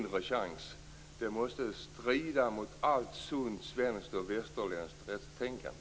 Detta måste strida mot allt sunt svenskt och västerländskt tänkande.